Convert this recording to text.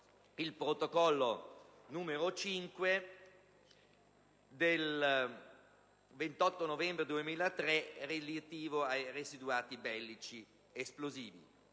il Protocollo V del 28 novembre 2003, relativo ai residuati bellici esplosivi.